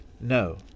No